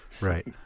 Right